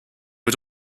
had